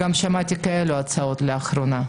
לאחרונה שמעתי גם הצעות כאלו.